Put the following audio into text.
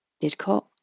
Didcot